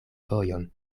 vojon